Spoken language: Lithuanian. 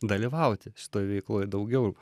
dalyvauti stovykloj daugiau